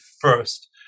first